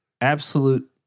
absolute